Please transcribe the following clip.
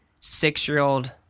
six-year-old